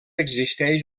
existeix